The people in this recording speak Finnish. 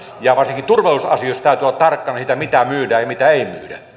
ja varsinkin turvallisuusasioissa täytyy olla tarkkana siitä mitä myydään ja mitä ei